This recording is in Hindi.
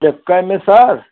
एक ही में सर